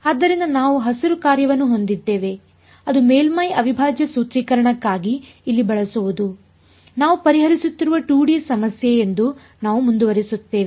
ಆದ್ದರಿಂದ ನಾವು ಹಸಿರು ಕಾರ್ಯವನ್ನು ಹೊಂದಿದ್ದೇವೆ ಅದು ಮೇಲ್ಮೈ ಅವಿಭಾಜ್ಯ ಸೂತ್ರೀಕರಣಕ್ಕಾಗಿ ಇಲ್ಲಿ ಬಳಸುವುದು ನಾವು ಪರಿಹರಿಸುತ್ತಿರುವ 2 ಡಿ ಸಮಸ್ಯೆ ಎಂದು ನಾವು ಮುಂದುವರಿಸುತ್ತೇವೆ